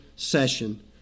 Session